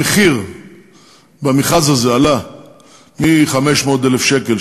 המחיר במכרז הזה עלה מ-500,000 שקל,